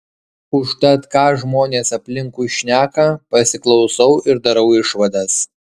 užtat ką žmonės aplinkui šneka pasiklausau ir darau išvadas